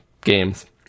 games